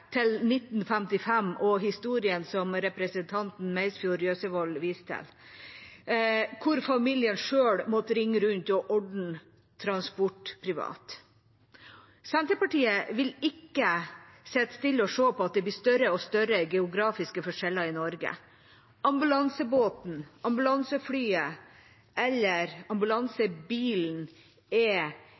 til 1955 og historiene som representanten Meisfjord Jøsevold viste til, der familien sjøl måtte ringe rundt og ordne transport privat. Senterpartiet vil ikke sitte stille og se på at det blir større og større geografiske forskjeller i Norge. Ambulansebåten, ambulanseflyet eller ambulansebilen er